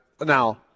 Now